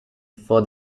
for